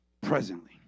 presently